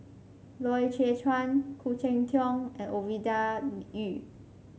Loy Chye Chuan Khoo Cheng Tiong and Ovidia Yu